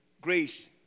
Grace